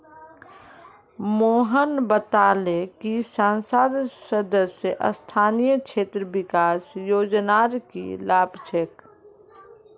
मोहन बताले कि संसद सदस्य स्थानीय क्षेत्र विकास योजनार की लाभ छेक